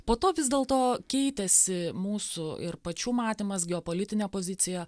po to vis dėl to keitėsi mūsų ir pačių matymas geopolitinė pozicija